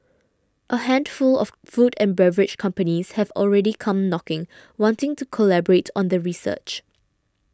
a handful of food and beverage companies have already come knocking wanting to collaborate on the research